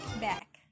back